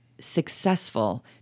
successful